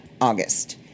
August